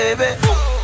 baby